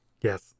Yes